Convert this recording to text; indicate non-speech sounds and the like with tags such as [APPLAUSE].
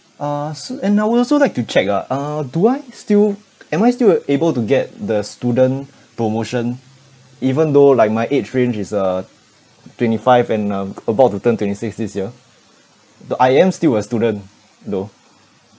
uh so and I would also like to check ah uh do I still [NOISE] am I still uh able to get the student promotion even though like my age range is uh twenty five and uh about to turn twenty six this year the I am still a student though